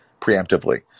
preemptively